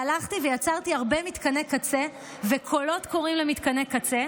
הלכתי ויצרתי הרבה מתקני קצה וקולות קוראים למתקני קצה,